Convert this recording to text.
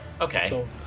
okay